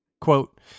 quote